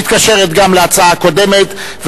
המתקשרת גם להצעה הקודמת.